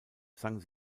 sang